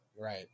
Right